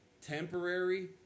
temporary